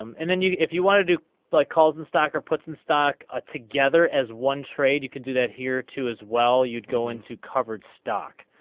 um and then you if you want to do like calls the and stock or puts in stock a together as one trade you can do that here too as well you'd go into covered stock.